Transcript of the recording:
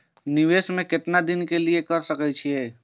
निवेश में केतना दिन के लिए कर सके छीय?